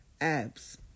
abs